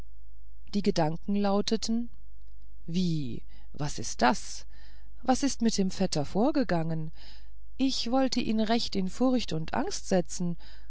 die gedanken lauteten wie was ist das was ist mit dem vetter vorgegangen ich wollte ihn recht in furcht und angst setzen